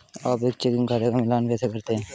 आप एक चेकिंग खाते का मिलान कैसे करते हैं?